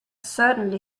certainly